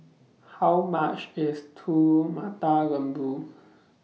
How much IS Telur Mata Lembu